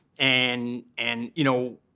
and and you know,